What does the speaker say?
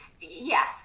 yes